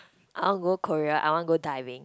I wanna go Korea I wanna go diving